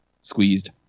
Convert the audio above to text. squeezed